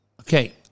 Okay